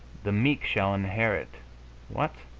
the meek shall inherit what?